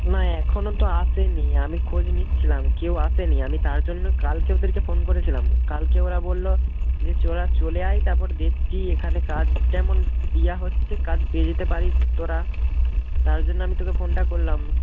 না এখনও তো আসেনি আমি খোঁজ নিচ্ছিলাম কেউ আসেনি আমি তার জন্য কালকে ওদেরকে ফোন করেছিলাম কালকে ওরা বলল যে চোরা চলে আয় তারপর দেখছি এখানে কাজ তেমন নেওয়া হচ্ছে কাজ পেয়ে যেতে পারিস তোরা তার জন্য আমি তোকে ফোনটা করলাম